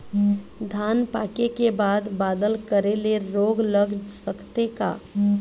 धान पाके के बाद बादल करे ले रोग लग सकथे का?